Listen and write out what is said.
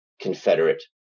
Confederate